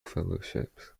fellowships